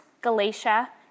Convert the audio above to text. Galatia